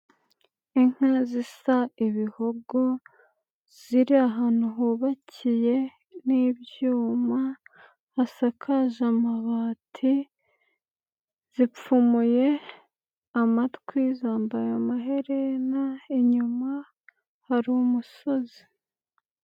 Inka zisa ibihogo ziri ahantu hubakiye n'ibyuma, hasakaje amabati, zipfumuye amatwi zambaye amaherena, inyuma hari umusozi.